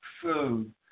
food